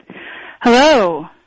Hello